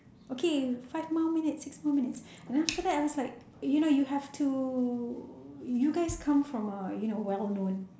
okay five more minutes six more minutes and then after that I was like you know you have to you guys come from a you know well known